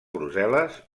brussel·les